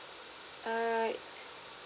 err